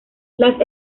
las